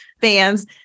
fans